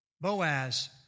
Boaz